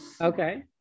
Okay